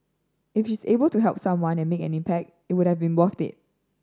if she is able to help someone and make an impact it would have been worth it